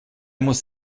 muss